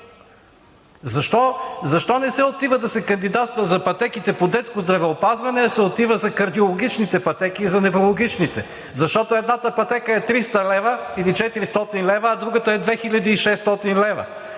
Защо не се отива да се кандидатства за пътеките по детско здравеопазване, а се отива за кардиологичните пътеки и за неврологичните? Защото едната пътека е 300 лв. или 400 лв., а другата е 2600 лв.